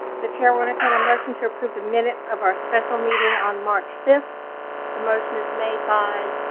the chair will entertain a motion to approve the minutes of our special meeting on march fifth the motion is made by